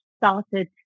started